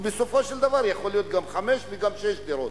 ובסופו של דבר יכולות להיות גם חמש וגם שש דירות.